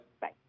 Bye